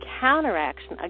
counteraction